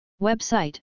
Website